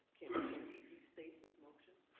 can he restate his motion?